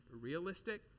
realistic